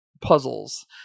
puzzles